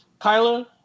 Kyler